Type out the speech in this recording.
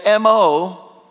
MO